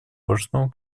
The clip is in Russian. важно